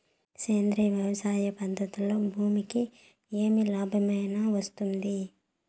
సేంద్రియ వ్యవసాయం పద్ధతులలో భూమికి ఏమి లాభమేనా వస్తుంది?